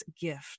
gift